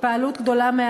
התפעלות גדולה,